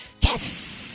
yes